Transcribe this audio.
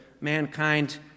mankind